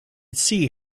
see